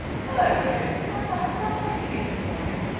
hello you, how's the hotel treating you this morning?